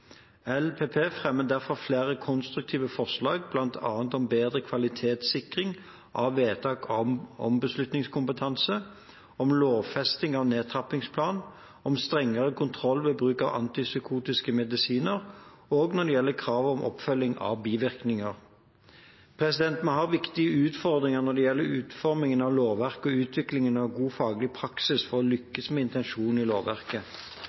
LPP fremmer derfor flere konstruktive forslag, bl.a. om bedre kvalitetssikring av vedtak om beslutningskompetanse, om lovfesting av nedtrappingsplan, om strengere kontroll ved bruk av antipsykotiske medisiner og når det gjelder krav om oppfølging av bivirkninger. Vi har viktige utfordringer når det gjelder utformingen av lovverk og utviklingen av god faglig praksis for å lykkes med intensjonen i lovverket.